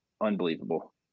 unbelievable